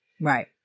right